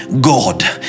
God